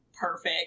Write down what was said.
perfect